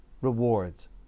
rewards